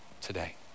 today